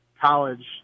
college